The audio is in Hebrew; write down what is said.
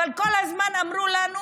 אבל כל הזמן אמרו לנו: